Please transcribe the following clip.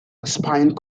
aspiring